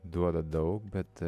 duoda daug bet